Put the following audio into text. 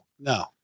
No